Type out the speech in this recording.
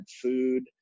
food